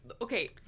Okay